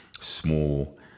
small